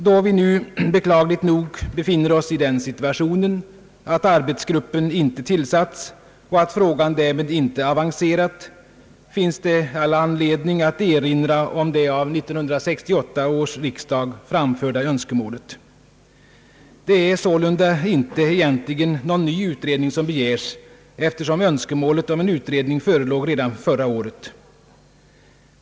Då vi nu beklagligt nog befinner oss i den situationen att arbetsgruppen inte tillsatts och frågan därmed inte avancerat, finns det all anledning att erinra om det av 1968 års riksdag framförda önskemålet. Det är sålunda inte egentligen någon ny utredning som begärs, eftersom önskemålet om en utredning förelåg redan förra året.